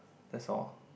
that's all